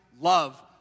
love